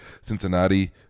Cincinnati